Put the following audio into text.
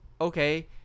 okay